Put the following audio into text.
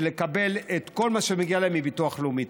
ולקבל את כל מה שמגיע להם מביטוח לאומי.